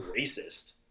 racist